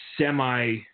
semi